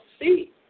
see